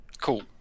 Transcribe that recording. Cool